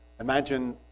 Imagine